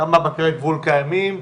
כמה בקרי גבול קיימים,